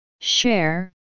Share